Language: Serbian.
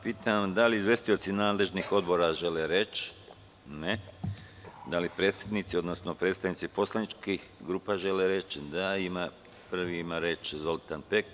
Pitam da li izvestioci nadležnih odbora žele reč? (Ne.) Da li predsednici odnosno predstavnici poslaničkih grupa žele reč. (Da.) Reč ima narodni poslanik Zoltan Pek.